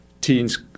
teens